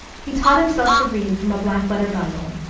he taught himself to read from a black-letter bible.